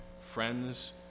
friends